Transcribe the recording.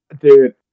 Dude